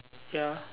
ya